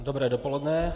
Dobré dopoledne.